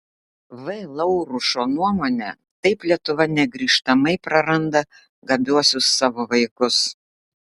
v laurušo nuomone taip lietuva negrįžtamai praranda gabiuosius savo vaikus